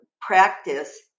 practice